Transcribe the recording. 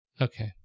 Okay